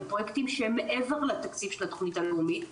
הם פרויקטים שהם מעבר לתקציב של התוכנית הלאומית,